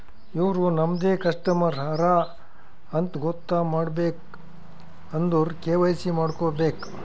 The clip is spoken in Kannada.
ಇವ್ರು ನಮ್ದೆ ಕಸ್ಟಮರ್ ಹರಾ ಅಂತ್ ಗೊತ್ತ ಮಾಡ್ಕೋಬೇಕ್ ಅಂದುರ್ ಕೆ.ವೈ.ಸಿ ಮಾಡ್ಕೋಬೇಕ್